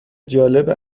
جالب